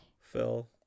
Phil